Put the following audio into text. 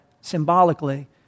symbolically